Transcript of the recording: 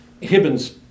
Hibbins